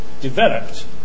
developed